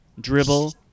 dribble